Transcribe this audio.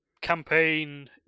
campaign